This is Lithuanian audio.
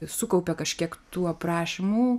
sukaupė kažkiek tų aprašymų